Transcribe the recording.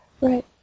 Right